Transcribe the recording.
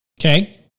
Okay